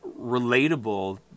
relatable